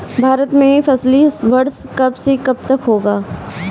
भारत में फसली वर्ष कब से कब तक होता है?